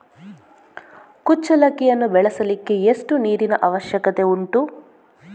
ಕುಚ್ಚಲಕ್ಕಿಯನ್ನು ಬೆಳೆಸಲಿಕ್ಕೆ ಎಷ್ಟು ನೀರಿನ ಅವಶ್ಯಕತೆ ಉಂಟು?